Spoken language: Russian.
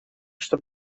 что